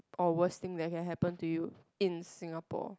or worst thing that can happen to you in Singapore